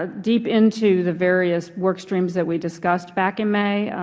ah deep into the various work streams that we discussed back in may.